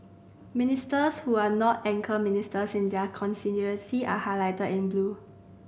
ministers who are not anchor ministers in their constituency are highlighted in blue